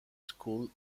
school